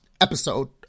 episode